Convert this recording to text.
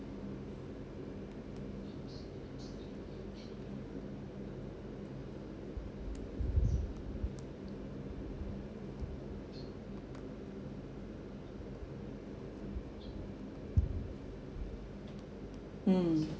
mm